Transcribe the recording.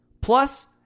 Plus